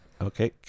okay